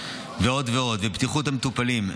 ועוד ועוד, ובטיחות המטופלים.